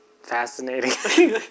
fascinating